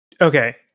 Okay